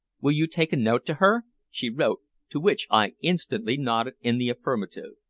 will you take a note to her? she wrote, to which i instantly nodded in the affirmative.